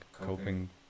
coping